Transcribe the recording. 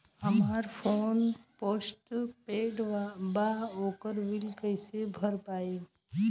हमार phone postpaid बा ओकर बिल कईसे भर पाएम?